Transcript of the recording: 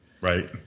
Right